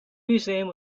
museum